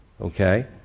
Okay